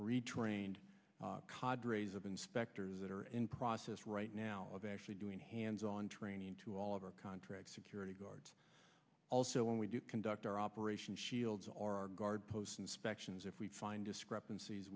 retrained cod rays of inspectors that are in process right now of actually doing hands on training to all of our contract security guards also when we do conduct our operation shields or our guard post inspections if we find discrepanc